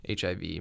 HIV